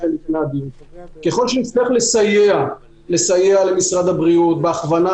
ממשלתי שיהיה עין בוחנת ומסייעת לרשות המקומית.